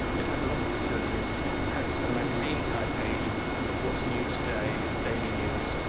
it has a lot of facilities has a magazine type page of what's new today. daily news,